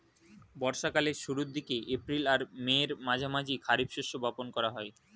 বর্ষা কালের শুরুর দিকে, এপ্রিল আর মের মাঝামাঝি খারিফ শস্য বপন করা হয়